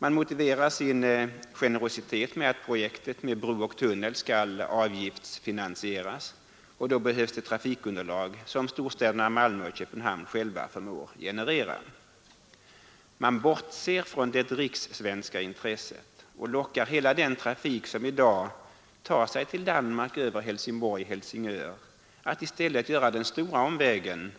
Man motiverar sin generositet med att projektet med bro och tunnel skall avgiftsfinansieras, och då behövs det trafikunderlag, som storstäderna Malmö och Köpenhamn själva förmår generera. Man bortser från det rikssvenska intresset och lockar hela den trafik som i dag tar sig till Danmark över Helsingborg— Helsingör att i stället göra den stora omväg som